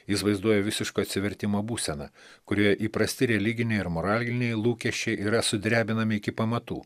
jis vaizduoja visiško atsivertimo būseną kurioje įprasti religiniai ir moraliniai lūkesčiai yra sudrebinami iki pamatų